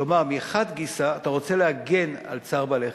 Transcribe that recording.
כלומר, מחד גיסא, אתה רוצה להגן על צער בעלי-חיים,